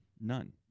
None